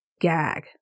Gag